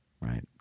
right